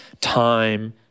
time